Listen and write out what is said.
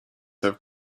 have